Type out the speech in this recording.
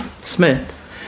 Smith